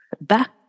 back